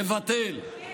יבטל,